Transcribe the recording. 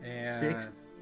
Six